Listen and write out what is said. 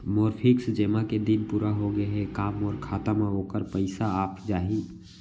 मोर fix जेमा के दिन पूरा होगे हे का मोर खाता म वोखर पइसा आप जाही?